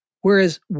Whereas